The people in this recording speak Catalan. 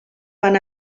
van